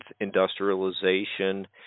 industrialization